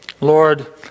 Lord